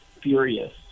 furious